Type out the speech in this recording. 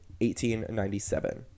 1897